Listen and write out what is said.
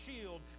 shield